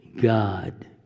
God